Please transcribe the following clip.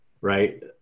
Right